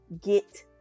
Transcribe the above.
Get